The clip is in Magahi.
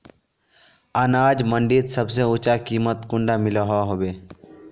अनाज मंडीत सबसे ऊँचा कीमत कुंडा मिलोहो होबे?